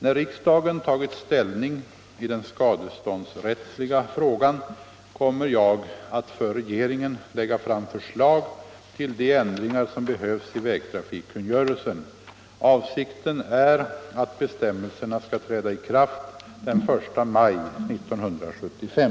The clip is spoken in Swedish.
När riksdagen tagit ställning i den skadeståndsrättsliga frågan, kommer jag att för regeringen lägga fram förslag till de ändringar som behövs i vägtrafikkungörelsen. Avsikten är att bestämmelserna skall träda i kraft den 1 maj 1975.